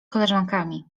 koleżankami